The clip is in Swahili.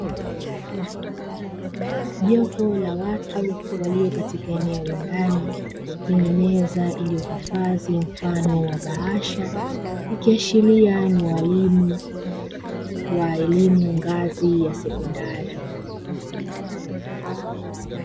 Jopo la watu walio katika eneo la ndani lenye meza iliyohifadhi mfano wa bahasha, ikiashiria ni walimu ngazi ya sekondari .